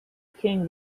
king